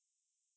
ya